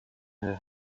her